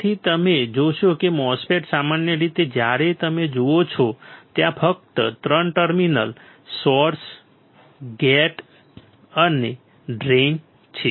તેથી તમે જોશો કે MOSFET સામાન્ય રીતે જ્યારે તમે જુઓ છો ત્યાં ફક્ત ત્રણ ટર્મિનલ સોર્સ ગેટ અને ડ્રેઇન છે